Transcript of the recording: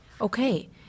Okay